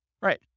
Right